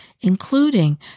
including